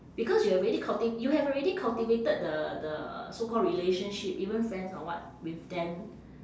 because you already culti~ you have already cultivated the the so called relationship even friends or what with them